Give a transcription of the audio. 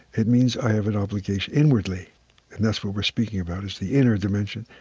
it means i have an obligation inwardly and that's what we're speaking about, is the inner dimension.